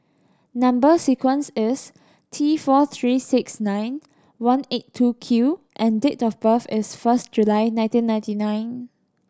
number sequence is T four three six nine one eight two Q and date of birth is first July nineteen ninety nine